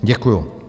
Děkuju.